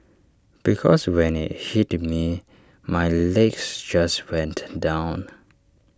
because when IT hit me my legs just went down